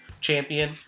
champion